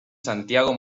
santiago